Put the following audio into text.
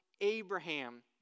Abraham